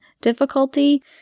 difficulty